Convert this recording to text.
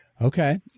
Okay